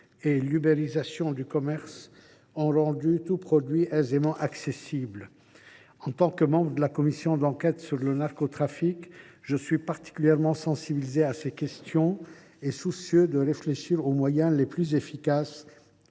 et l’ubérisation du commerce ont rendu tout produit aisément accessible. En tant que membre de la commission d’enquête sur le narcotrafic, je suis particulièrement sensibilisé à ces questions et soucieux de réfléchir aux moyens les plus efficaces